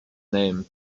name